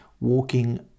walking